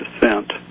descent